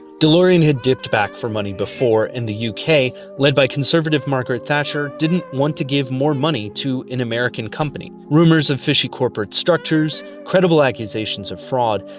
delorean had dipped back for money before, and the yeah uk, led by conservative margaret thatcher, didn't want to give more money to an american company. rumors of fishy corporate structures, credible accusations of fraud,